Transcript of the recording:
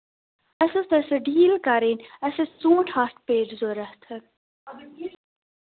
اَسہِ ٲس تۄہہِ سۭتۍ ڈیٖل کَرٕنۍ اَسہِ ٲسۍ ژوٗنٛٹھۍ ہَتھ پیٹہِ ضروٗرت